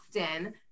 often